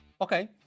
Okay